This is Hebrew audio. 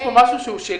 יש משהו שהוא שלי?